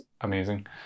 amazing